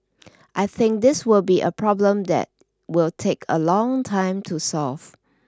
I think this will be a problem that will take a long time to solve